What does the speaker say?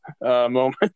moment